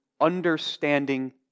understanding